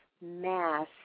mass